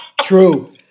True